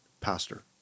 pastor